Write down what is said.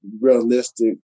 realistic